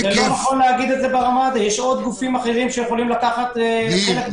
יש עוד גופים אחרים שיכולים לקחת.